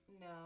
no